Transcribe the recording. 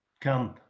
Come